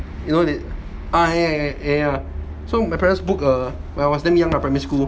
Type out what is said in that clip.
you know they ah ya ya ya so my parents book a when I was damn young lah primary school